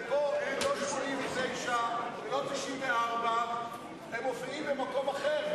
ופה לא 89 ולא 94. הם מופיעים במקום אחר,